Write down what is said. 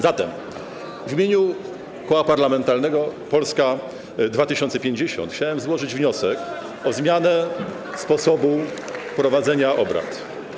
Zatem w imieniu Koła Parlamentarnego Polska 2050 chciałem złożyć wniosek o zmianę sposobu prowadzenia obrad.